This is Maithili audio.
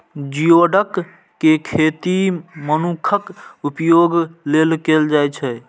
जिओडक के खेती मनुक्खक उपभोग लेल कैल जाइ छै